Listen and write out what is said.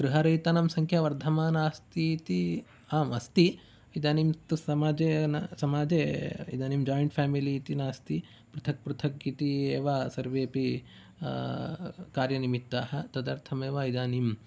गृहरहितानां सङ्ख्या वर्धमाना अस्ति इति आम् अस्ति इदानीं तु समाजे समाजे इदानीं जायिन्ट् फेमेली इति नास्ति पृथक् पृथक् इति एव सर्वेपि कार्यनिमित्ताः तदर्थमेव इदानीं